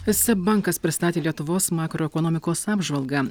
seb bankas pristatė lietuvos makroekonomikos apžvalgą